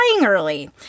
early